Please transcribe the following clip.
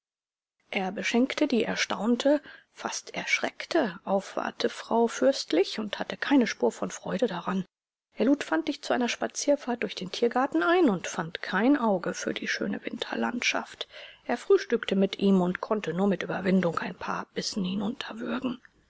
er beschenkte die erstaunte fast erschreckte aufwartefrau fürstlich und hatte keine spur von freude daran er lud fantig zu einer spazierfahrt durch den tiergarten ein und fand kein auge für die schöne winterlandschaft er frühstückte mit ihm und konnte nur mit überwindung ein paar bissen